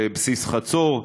לבסיס חצור,